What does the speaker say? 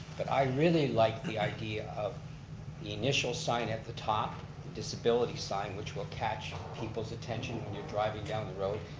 but i really like the idea of the initial sign at the top, the disability sign, which will catch people's attention when you're driving down the road.